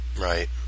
Right